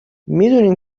میدونین